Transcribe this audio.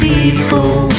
People